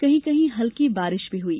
कहीं कहीं हल्की बारिश भी हुई